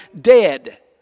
dead